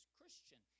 Christian